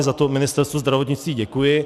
Za to Ministerstvu zdravotnictví děkuji.